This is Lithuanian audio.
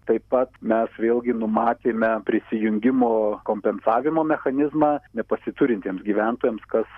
taip pat mes vėlgi numatėme prisijungimo kompensavimo mechanizmą nepasiturintiems gyventojams kas